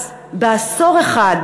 אז בעשור אחד,